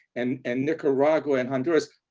and and nicaragua and honduras,